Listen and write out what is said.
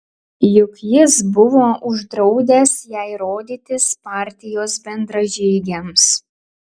juk jis buvo uždraudęs jai rodytis partijos bendražygiams